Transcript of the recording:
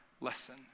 lesson